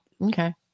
Okay